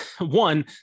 one